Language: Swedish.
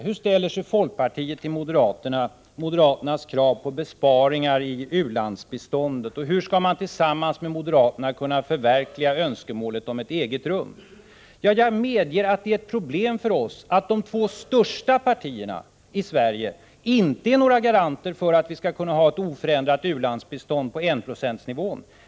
Hur ställer sig folkpartiet till moderaternas krav på besparingar i u-landsbiståndet? Hur skall man tillsammans med moderaterna kunna förverkliga önskemålet om ett eget rum? Jag medger att det är ett problem för oss att de två största partierna i Sverige inte är några garanter för att vi skall kunna ha ett oförändrat u-landsbistånd på enprocentsnivån.